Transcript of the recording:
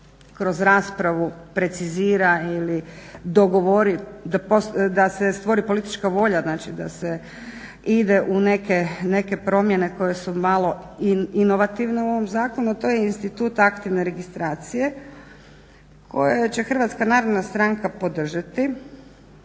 kroz raspravu precizira ili dogovori da se stvori politička volja da se ide u neke promjene koje su malo inovativne u ovom zakonu a to je institut aktivne registracije koje će HNS-a podržati.